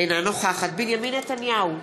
אינה נוכחת בנימין נתניהו,